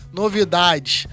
novidades